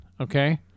Okay